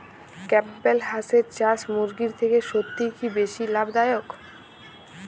Campbell হাঁসের চাষ মুরগির থেকে সত্যিই কি বেশি লাভ দায়ক?